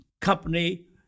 company